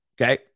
Okay